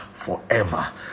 forever